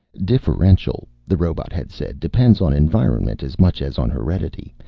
differential, the robot had said, depends on environment as much as on heredity.